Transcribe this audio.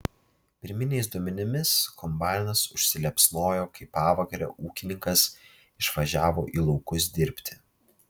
pirminiais duomenimis kombainas užsiliepsnojo kai pavakarę ūkininkas išvažiavo į laukus dirbti